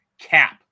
cap